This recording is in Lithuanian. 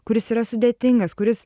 kuris yra sudėtingas kuris